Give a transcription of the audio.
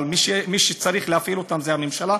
אבל מי שצריך להפעיל אותם זה הממשלה,